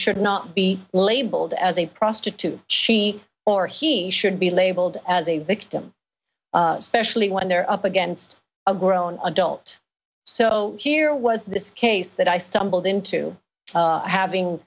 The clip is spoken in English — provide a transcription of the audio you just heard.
should not be labeled as a prostitute she or he should be labeled as a victim specially when they're up against a grown adult so here was this case that i stumbled into having